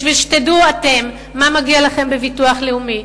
בשביל שתדעו אתם מה מגיע לכם בביטוח לאומי,